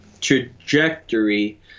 trajectory